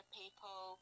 people